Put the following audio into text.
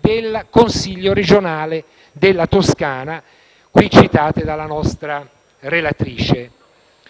del Consiglio regionale della Toscana, qui citate dalla nostra relatrice.